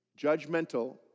judgmental